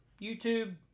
YouTube